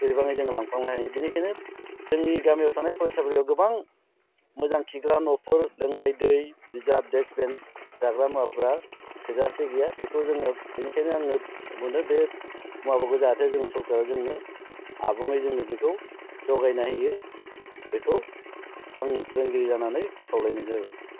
जेरैबाङै जोङो लांफानो हायो बेनिखायनो जोंनि गामियाव थानाय फरायसालियाव गोबां मोजां खिग्रा न'फोर लोंनाय दै बिजाब देस्क बेन्च जाग्रा मुवाफोरा थोजासे गैया बेखौ जोङो बेनिखायनो आङो मा होनो बे मुवाफोरखौ जाहाथे जोङो सरखारा जोंनो आबुङै जोंनो बेखौ जगायना होयो बेखौ आङो फोरोंगिरि जानानै खावलायनाय जाबाय